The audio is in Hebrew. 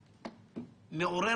"המטבחון של